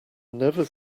never